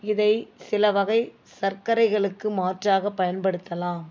இதை சில வகை சர்க்கரைகளுக்கு மாற்றாகப் பயன்படுத்தலாம்